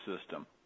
system